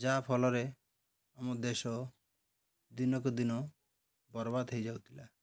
ଯାହାଫଳରେ ଆମ ଦେଶ ଦିନକୁ ଦିନ ବର୍ବାଦ ହେଇଯାଉଥିଲା